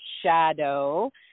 shadow